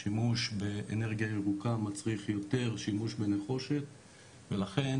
שימוש באנרגיה ירוקה מצריך יותר שימוש בנחושת ולכן